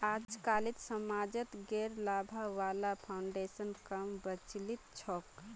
अजकालित समाजत गैर लाभा वाला फाउन्डेशन क म बचिल छोक